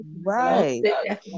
Right